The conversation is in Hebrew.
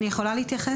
אני יכולה להתייחס?